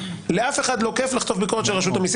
לאף אחד לא כיף לחטוף ביקורת של רשות המסים.